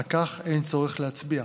על כך אין צורך להצביע.